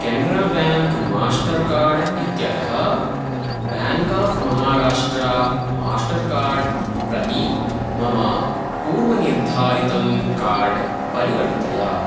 Canara bank Mastercard इत्यतः bank of Maharashtra Mastercard प्रति मम पूर्वनिर्धारितं कार्ड् परिवर्तय